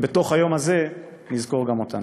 וביום הזה נזכור גם אותן.